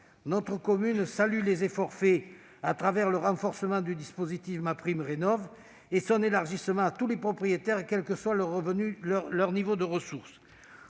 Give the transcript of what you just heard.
notre commission salue les efforts faits au travers du renforcement du dispositif MaPrimeRénov'et son élargissement à tous les propriétaires, quel que soit leur niveau de ressources.